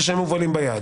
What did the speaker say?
כשהם מובלים ביד".